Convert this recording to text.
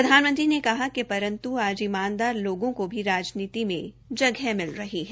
प्रधानमंत्री ने कहा कि परन्त् आज ईमानदार लोगों को भी राजनीति में जग मिल रही है